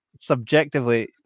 subjectively